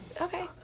Okay